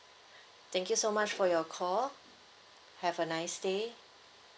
thank you so much for your call have a nice day